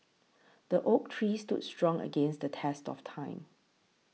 the oak tree stood strong against the test of time